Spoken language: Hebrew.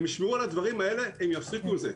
הם ישמעו על הדברים האלה, הם יפסיקו את זה.